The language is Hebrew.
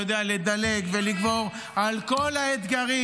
הוא יודע לדלג ולגבור על כל האתגרים,